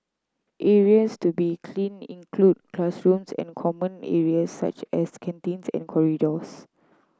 areas to be cleaned include classrooms and common areas such as canteens and corridors